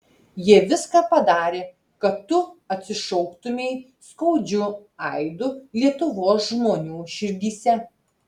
jie viską padarė kad tu atsišauktumei skaudžiu aidu lietuvos žmonių širdyse